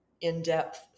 in-depth